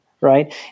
right